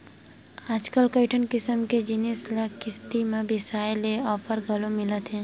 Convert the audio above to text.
आजकल कइठन किसम के जिनिस ल किस्ती म बिसाए के ऑफर घलो मिलत हे